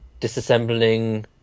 disassembling